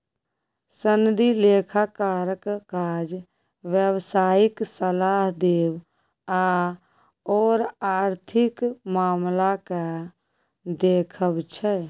सनदी लेखाकारक काज व्यवसायिक सलाह देब आओर आर्थिक मामलाकेँ देखब छै